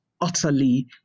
utterly